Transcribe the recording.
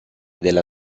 della